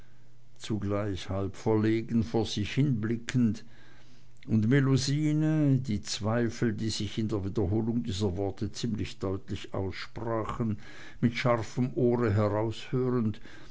zugleich halb verlegen vor sich hin blickend und melusine die zweifel die sich in der wiederholung dieser worte ziemlich deutlich aussprachen mit scharfem ohre